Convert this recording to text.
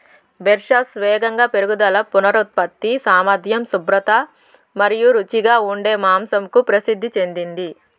Berkshires వేగంగా పెరుగుదల, పునరుత్పత్తి సామర్థ్యం, శుభ్రత మరియు రుచిగా ఉండే మాంసంకు ప్రసిద్ధి చెందింది